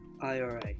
IRA